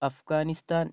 Afghanistan